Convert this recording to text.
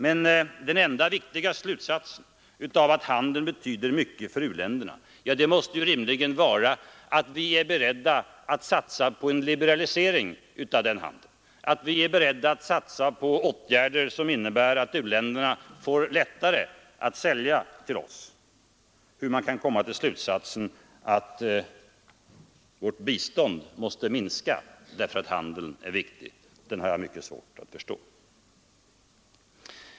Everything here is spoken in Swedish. Men den enda vettiga slutsatsen av att handeln betyder mycket för u-länderna måste rimligen vara att vi är beredda att satsa på en liberalisering av denna handel, att vi är beredda att satsa på åtgärder som innebär att u-länderna får lättare att sälja sina varor till oss. Hur man kan komma till slutsatsen att vårt bistånd måste minska därför att handeln är viktig har jag mycket svårt att förstå.